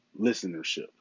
listenership